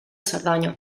cerdanya